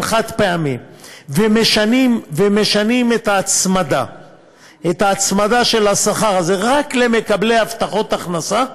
חד-פעמי ומשנים את ההצמדה של השכר הזה רק למקבלי הבטחת הכנסה,